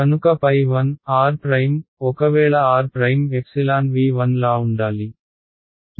కనుక 1r' ఒకవేళ r'V1 లా ఉండాలి